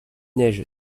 neige